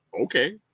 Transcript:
Okay